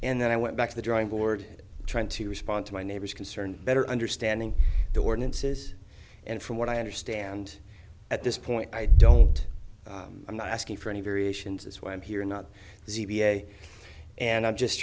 and then i went back to the drawing board trying to respond to my neighbor's concern better understanding the ordinances and from what i understand at this point i don't i'm not asking for any variations as why i'm here not z and i'm just